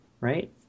right